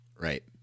Right